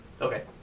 Okay